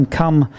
come